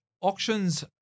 auctions